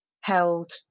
held